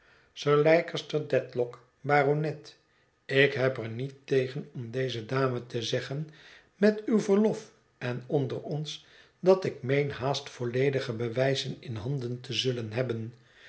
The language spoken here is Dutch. sir leicester dedlock baronet ik heb er niet tegen om deze dame te zeggen met uw verlof en onder ons dat ik meen haast volledige bewijzen in handen te zullen hebben